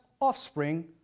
offspring